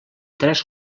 tres